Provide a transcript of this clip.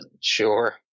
Sure